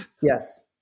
yes